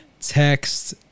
text